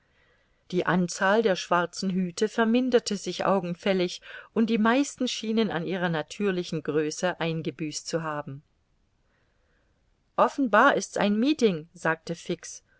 die anzahl der schwarzen hüte verminderte sich augenfällig und die meisten schienen an ihrer natürlichen größe eingebüßt zu haben offenbar ist's ein meeting sagte fix